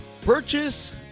Purchase